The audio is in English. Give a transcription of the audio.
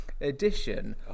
edition